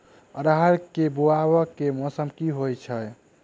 अरहर केँ बोवायी केँ मौसम मे होइ छैय?